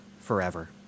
forever